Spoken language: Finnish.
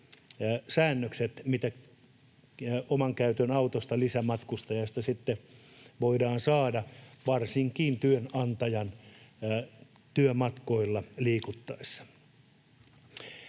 säännökset, mitä oman auton käytöstä, lisämatkustajasta sitten voidaan saada varsinkin työnantajan työmatkoilla liikuttaessa.